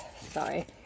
sorry